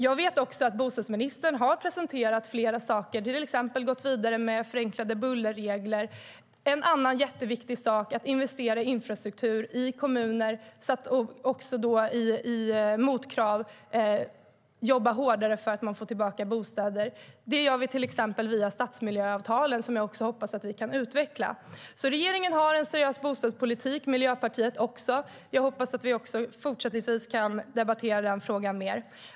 Jag vet också att bostadsministern har presenterat flera saker, till exempel att gå vidare med förenklade bullerregler. En annan jätteviktig sak är att investera i infrastruktur i kommuner och även i att med motkrav jobba hårdare för att få tillbaka bostäder. Det gör vi till exempel via stadsmiljöavtalen, som jag hoppas att vi också kan utveckla. Regeringen har alltså en seriös bostadspolitik, och det har Miljöpartiet också. Jag hoppas att vi även fortsättningsvis kan debattera den frågan mer.